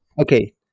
Okay